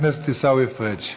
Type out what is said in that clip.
חבר הכנסת עיסאווי פריג'.